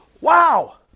Wow